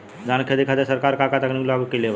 धान क खेती खातिर सरकार का का तकनीक लागू कईले बा?